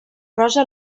rosa